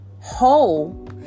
whole